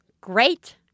great